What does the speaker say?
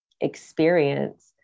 experience